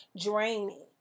draining